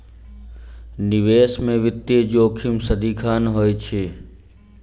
निवेश में वित्तीय जोखिम सदिखन होइत अछि